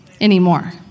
anymore